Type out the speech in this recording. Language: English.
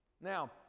Now